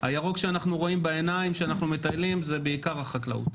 הירוק שאנחנו רואים בעיניים כשאנחנו מטיילים זה בעיקר החקלאות.